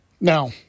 Now